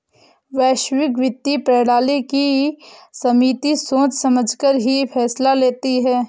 वैश्विक वित्तीय प्रणाली की समिति सोच समझकर ही फैसला लेती है